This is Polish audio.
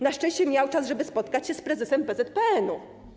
Na szczęście miał czas, żeby spotykać się z prezesem PZPN-u.